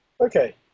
Okay